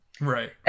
Right